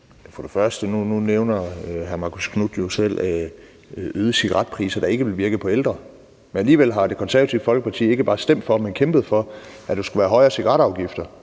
for det første selv, at øgede cigaretpriser ikke vil virke på ældre. Men alligevel har Det Konservative Folkeparti ikke bare stemt for, men kæmpet for, at der skulle være højere cigaretafgifter,